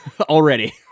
already